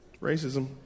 Racism